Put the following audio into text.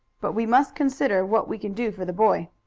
but we must consider what we can do for the boy.